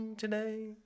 today